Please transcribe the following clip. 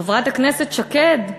חברת הכנסת שקד,